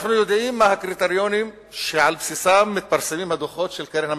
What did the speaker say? אנחנו יודעים מה הקריטריונים שעל בסיסם מתפרסמים הדוחות של קרן המטבע,